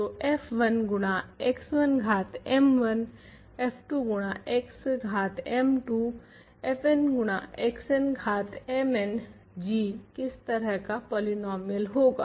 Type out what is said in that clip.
तो f1 गुणा x1 घात m1 f2 गुण x घात m2 fn गुणा xn घात mn g किस तरह का पोलिनोमियल होगा